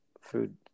food